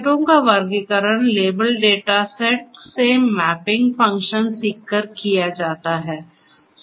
सेटों का वर्गीकरण लेबल डेटा सेट से मैपिंग फ़ंक्शन सीखकर किया जाता है